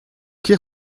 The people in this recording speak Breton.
ket